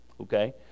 okay